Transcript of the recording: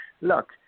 look